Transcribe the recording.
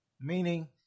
meaning